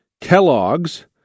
Kellogg's